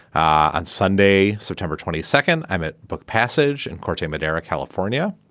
on sunday september twenty second i'm at book passage and courting madera california.